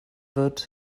wird